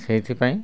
ସେଥିପାଇଁ